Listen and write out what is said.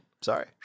Sorry